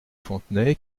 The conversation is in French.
fontenay